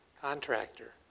contractor